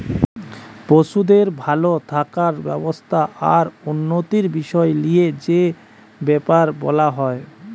পশুদের ভাল থাকার ব্যবস্থা আর উন্নতির বিষয় লিয়ে যে বেপার বোলা হয়